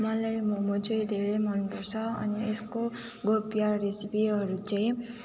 मलाई मोमो चाहिँ धेरै मन पर्छ अनि यसको गोप्य रेसिपीहरू चाहिँ